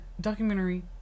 Documentary